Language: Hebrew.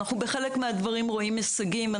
בחלק מהדברים אנחנו רואים הישגים,